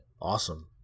Awesome